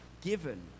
given